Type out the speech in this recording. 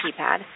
keypad